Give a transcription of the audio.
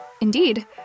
Indeed